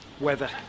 weather